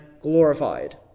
glorified